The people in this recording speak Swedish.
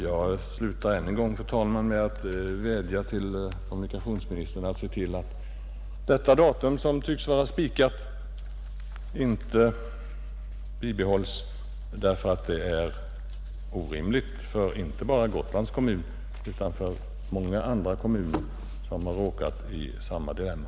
Jag slutar, fru talman, med att än en gång vädja till kommunikationsministern att se till att detta datum som tycks vara spikat inte bibehålls då det är orimligt för inte bara Gotlands kommun utan för många andra kommuner som har råkat i samma dilemma.